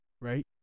Right